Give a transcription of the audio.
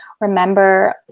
remember